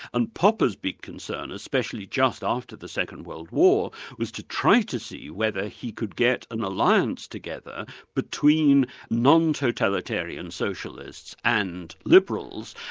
and popper's big concern especially just after the second world war, was to try to see whether he could get an alliance together between non-totalitarian socialists and liberals,